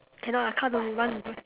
cannot lah car don't run